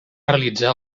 realitzar